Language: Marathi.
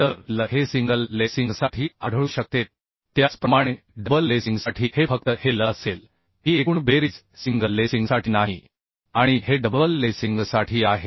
तर l हे सिंगल लेसिंगसाठी आढळू शकते त्याचप्रमाणे डबल लेसिंगसाठी हे फक्त हे l असेल ही एकूण बेरीज सिंगल लेसिंगसाठी नाही आणि हे डबल लेसिंगसाठी आहे